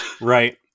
right